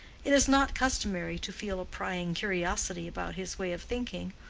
it is not customary to feel a prying curiosity about his way of thinking,